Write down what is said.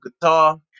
guitar